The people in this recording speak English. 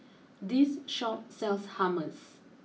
this Shop sells Hummus